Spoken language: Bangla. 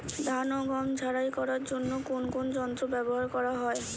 ধান ও গম ঝারাই করার জন্য কোন কোন যন্ত্র ব্যাবহার করা হয়?